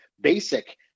basic